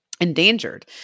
endangered